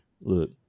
Look